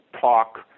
talk